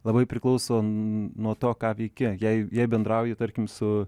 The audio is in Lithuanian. labai priklauso nuo to ką veiki jei jei bendrauji tarkim su